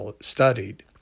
studied